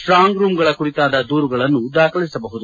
slang ರೂಂಗಳ ಕುರಿತಾದ ದೂರುಗಳನ್ನು ದಾಖಲಿಸಬಹುದು